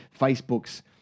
Facebook's